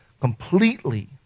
completely